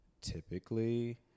typically